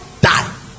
die